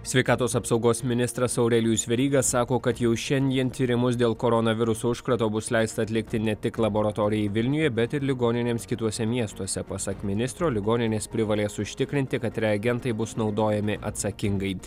sveikatos apsaugos ministras aurelijus veryga sako kad jau šiandien tyrimus dėl koronaviruso užkrato bus leista atlikti ne tik laboratorijai vilniuje bet ir ligoninėms kituose miestuose pasak ministro ligoninės privalės užtikrinti kad reagentai bus naudojami atsakingai